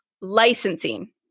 licensing